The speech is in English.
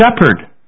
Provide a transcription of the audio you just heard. shepherd